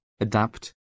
adapt